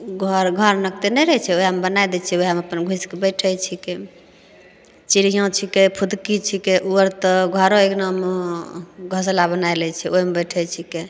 घर घर नखते नहि रहैत छै ओहएमे बना दै छियै ओहएमे अपन घुसिके बैठै छिकै चिड़ियाँ छिकै फुदकी छिकै ओ आर तऽ घरो अङ्गनामे घोँसला बनाइ लै छै ओहिमे बैठै छिकै